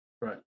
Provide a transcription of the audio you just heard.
right